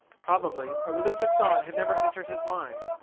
probably, a religious thought had never entered his mind.